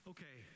Okay